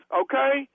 okay